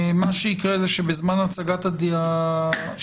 מה שיקרה זה שבזמן הצגת השינויים,